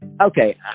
Okay